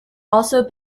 also